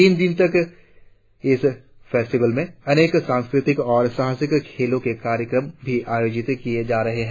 तीन दिनों तक इस फेस्टिवल में अनेक सांस्कृतिक और साहसिक खेलों के कार्यक्रम भी आयोजित किए जा रहे हैं